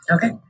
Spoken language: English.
Okay